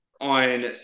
on